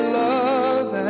love